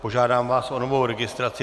Požádám vás o novou registraci.